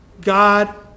God